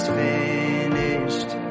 finished